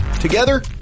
Together